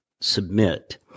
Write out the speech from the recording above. submit